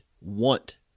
want